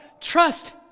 trust